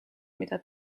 mida